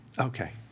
Okay